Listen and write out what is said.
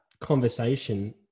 conversation